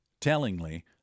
Tellingly